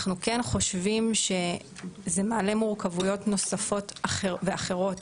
אנחנו כן חושבים שזה מעלה מורכבויות נוספות ואחרות